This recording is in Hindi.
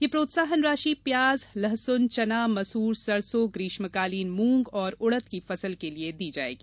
यह प्रोत्साहन राशि प्याज लहसुन चना मसूर सरसों ग्रीष्मकालीन मूंग और उड़द की फसल के लिये दी जाएगी